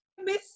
miss